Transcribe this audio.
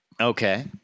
Okay